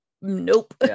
Nope